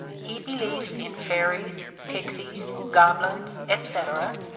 he believes in fairies, pixies, goblins, etc.